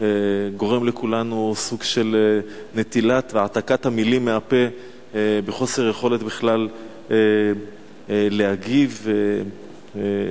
גורם לכולנו סוג של העתקת המלים מהפה וחוסר יכולת בכלל להגיב לדברים.